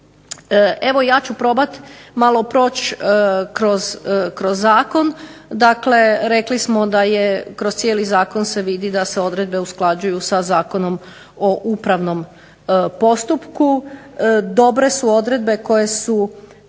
Evo ja ću probati malo proći kroz zakon. Dakle, rekli smo da je kroz cijeli zakon se vidi da se odredbe usklađuju sa Zakonom o upravnom postupku. Dobre su odredbe koje su